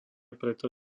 preto